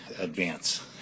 advance